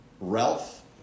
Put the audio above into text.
Ralph